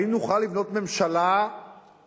האם נוכל לבנות ממשלה שמתפקדת,